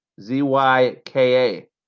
Z-Y-K-A